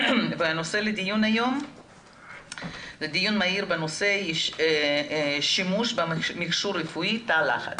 דיון מהיר בנושא שימוש במכשור רפואי תא לחץ.